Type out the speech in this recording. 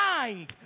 mind